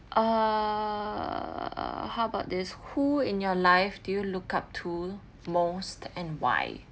err how about this who in your life do you look up to most and why